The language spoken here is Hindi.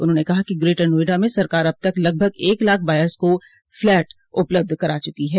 उन्होंने कहा कि ग्रेटर नोयडा में सरकार अब तक लगभग एक लाख बायर्स को फ्लैट उपलब्ध करा चुकी है